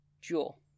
Jewel